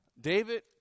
David